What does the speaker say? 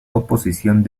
oposición